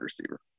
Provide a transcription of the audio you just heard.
receiver